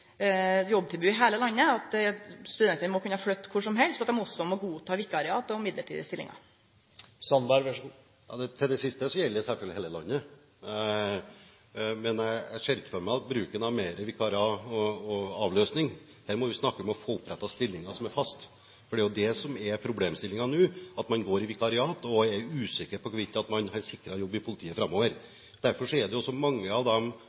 siste: Det gjelder selvfølgelig hele landet. Jeg ser ikke for meg mer bruk av vikariater og avløsning. Her må vi snakke om å opprette stillinger som er faste. Det er det som er problemstillingen nå, at man går i vikariat og er usikker på hvorvidt man er sikret jobb i politiet framover. Derfor velger dessverre også mange flotte unge mennesker som går ut av